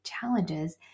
challenges